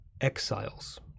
exiles